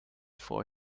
for